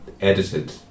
edited